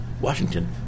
Washington